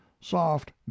Soft